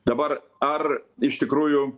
dabar ar iš tikrųjų